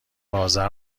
آذر